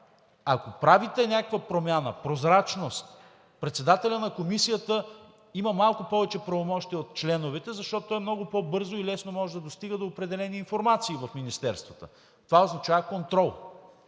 Ако правите някаква промяна – прозрачност, председателят на комисията има малко повече правомощия от членовете, защото той много по-бързо и лесно може да достига до определени информации в министерствата. Това означава контрол.